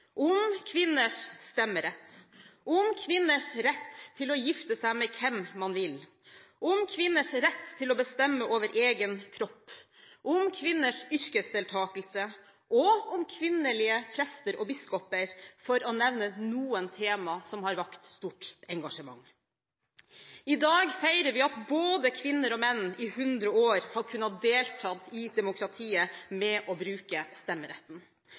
om i nyere norsk historie, knytter seg til kvinners frihet og rettigheter: kvinners stemmerett, kvinners rett til å gifte seg med hvem man vil, kvinners rett til å bestemme over egen kropp, kvinners yrkesdeltakelse og kvinnelige prester og biskoper, for å nevne noen temaer som har vakt stort engasjement. I dag feirer vi at både kvinner og menn i 100 år har kunnet delta i demokratiet ved å bruke stemmeretten.